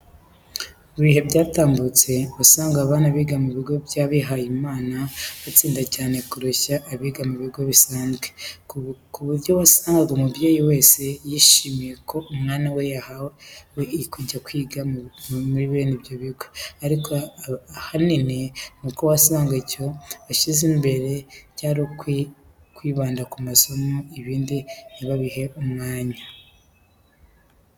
Mu bihe byatambutse wasangaga abana biga mu bigo byabihaye Imana batsinda cyane kurusha abiga mu bigo bisanzwe, ku buryo wasangaga umubyeyi wese yishimiye ko umwana we yahawe kujya kwiga muri bene ibyo bigo. Ariko ahanini nuko wasangaga icyo bashyize imbere cyane ari ukwibanda ku masomo ibindi ntibabihe umwanya.